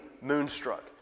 moonstruck